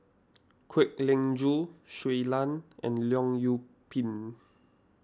Kwek Leng Joo Shui Lan and Leong Yoon Pin